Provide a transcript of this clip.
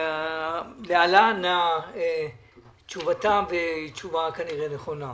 להלן תשובתם, תשובה כנראה נכונה: